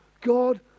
God